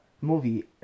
movie